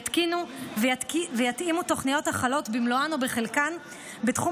יתקינו ויתאימו תוכניות החלות במלואן או בחלקן בתחום